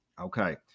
Okay